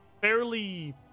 fairly